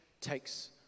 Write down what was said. takes